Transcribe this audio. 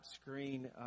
screen